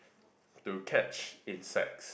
to catch insects